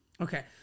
Okay